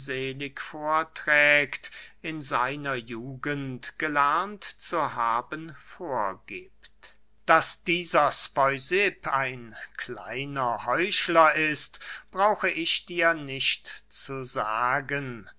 in seiner jugend gelernt zu haben vorgiebt daß dieser speusipp ein kleiner heuchler ist brauche ich dir nicht zu sagen